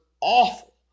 awful